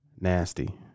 Nasty